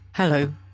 Hello